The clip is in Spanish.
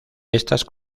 estas